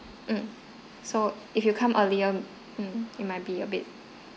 um so if you come earlier um it might be a bit